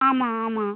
ஆமாம் ஆமாம்